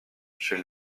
chez